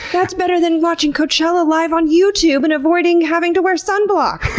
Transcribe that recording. that's better than watching coachella live on youtube and avoiding having to wear sunblock!